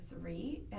three